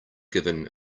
given